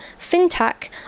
fintech